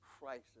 Christ